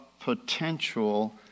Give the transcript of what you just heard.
potential